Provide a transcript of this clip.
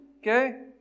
Okay